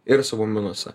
ir savų minusą